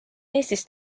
eestis